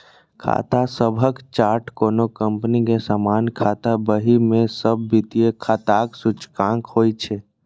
खाता सभक चार्ट कोनो कंपनी के सामान्य खाता बही मे सब वित्तीय खाताक सूचकांक होइ छै